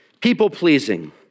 People-pleasing